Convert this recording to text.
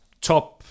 top